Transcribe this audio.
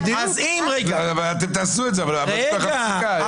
אבל אתם תעשו את זה, דרך אגב,